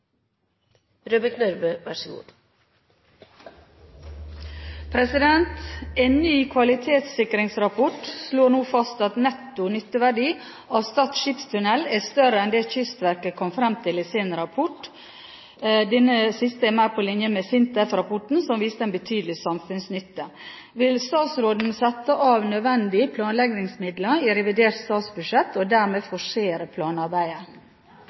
ny kvalitetssikringsrapport slår nå fast at netto nytteverdi av Stad skipstunnel er større enn det Kystverket kom fram til i sin rapport – mer på linje med SINTEF-rapporten som viste en betydelig samfunnsnytte. Vil statsråden sette av nødvendige planleggingsmidler i revidert statsbudsjett og dermed forsere planarbeidet?»